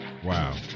Wow